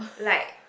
like